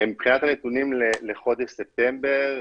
מבחינת הנתונים לחודש ספטמבר,